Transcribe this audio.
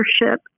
leadership